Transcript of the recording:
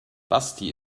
basti